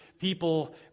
people